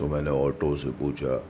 تو میں نے آٹو سے پوچھا